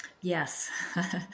Yes